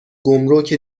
گمرک